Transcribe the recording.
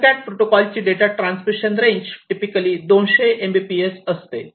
EtherCAT protocol ची data transmission range typically 200Mbps असते